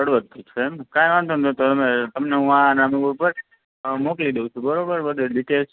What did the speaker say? હળવદથી છો એમ કંઈ વાંધો નહીં તો અમે તમને હું આ નંબર ઉપર આ મોકલી દઉં છું બરાબર બધુય ડિટેલ્સ